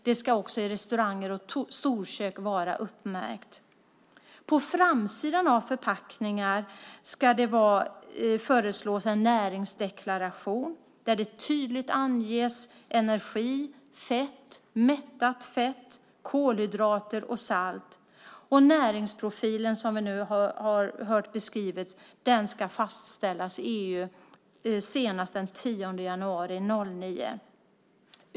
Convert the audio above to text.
Det ska också vara uppmärkt i restauranger och storkök. Det föreslås att det ska finnas en näringsdeklaration på framsidan av förpackningarna. Där ska det tydligt anges energi, fett, mättat fett, kolhydrater och salt. Näringsprofilen, som vi har hört beskrivas, ska fastställas i EU senast den 10 januari 2009.